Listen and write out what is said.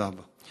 תודה רבה.